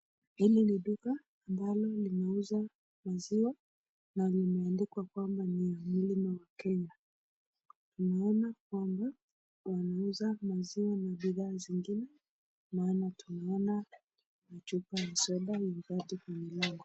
Hili ni duka ambalo linauza maziwa na limeandikwa kwamba ni eneo la kenya. Tunaona kwamba wanauza maziwa na bidhaa zingine . Tunaona chupa ya soda na vileo.